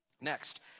Next